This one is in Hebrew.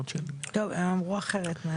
טוב, אמרו אחרת.